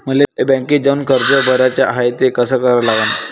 मले बँकेत जाऊन कर्ज भराच हाय त ते कस करा लागन?